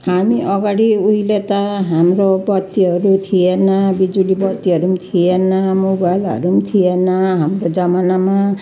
हामी अगाडि उहिले त हाम्रो बत्तीहरू थिएन बिजुली बत्तीहरू पनि थिएन मोबाइलहरू पनि थिएन हाम्रो जमानामा